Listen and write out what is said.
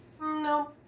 No